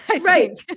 right